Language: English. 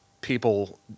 people